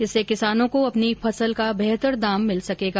इससे किसानों को अपनी फसल का बेहतर दाम मिल सकेगा